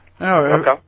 Okay